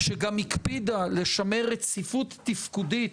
שגם הקפידה לשמר רציפות תפקודית